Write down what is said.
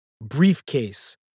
Briefcase